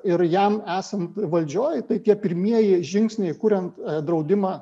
ir jam esant valdžioj tai tie pirmieji žingsniai kuriant draudimą